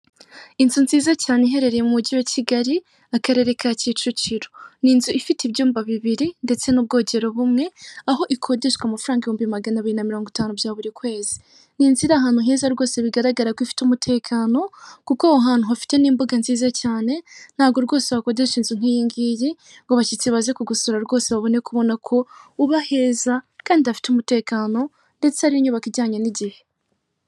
Inzu nziza cyane iherereye mu mujyi wa kigali akarere ka Kicukiro, n'inzu ifite ibyumba bibiri ndetse n'ubwogero bumwe aho ikodeshwa amafaranga ibihumbi magana abiri na mirongo itanu bya buri kwezi, ni inzu iri ahantu heza rwose bigaragara ko ifite umutekano, kuko aho hantu hafite n'imbuga nziza cyane ntabwo rwose wakodeshereza nk'iyi ngiyi ngo abashyitsi baza kugusura rwose, babure kubona ko hafite umutekano ndetse ari inyubako ijyanye n'igihe.